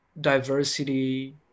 diversity